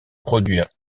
produire